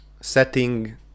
setting